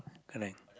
correct